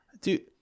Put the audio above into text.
Dude